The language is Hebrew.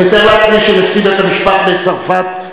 אני מתאר לעצמי שנשיא בית-המשפט בצרפת,